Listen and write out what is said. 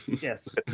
Yes